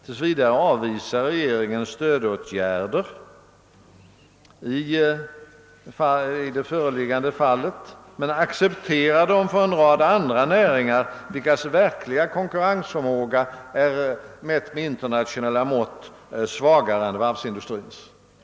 Regeringen avvisar tills vidare stödåtgärder i det föreliggande fallet men accepterar sådana åtgärder för en rad andra näringar, vilkas verkliga konkurrensförmåga mätt med internationella mått är svagare än varvsindustrins.